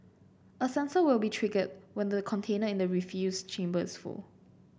a sensor will be triggered when the container in the refuse chamber is full